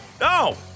No